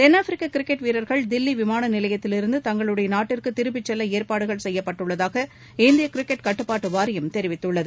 தென்னாப்பிரிக்க கிரிக்கெட் வீரர்கள் தில்லி விமான நிலையத்திலிருந்து தங்களுடைய நாட்டுக்கு திரும்பிச் செல்ல ஏற்பாடுகள் செய்யப்பட்டுள்ளதாக இந்திய கிரிக்கெட் கட்டுப்பாட்டு வாரியம் தெரிவித்துள்ளது